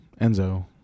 Enzo